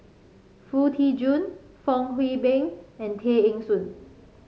Foo Tee Jun Fong Hoe Beng and Tay Eng Soon